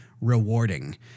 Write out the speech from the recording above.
rewarding